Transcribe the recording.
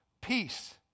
peace